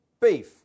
beef